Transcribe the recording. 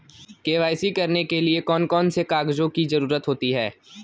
KYC करने के लिए कौन कौन से कागजों की जरूरत होती है?